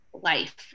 life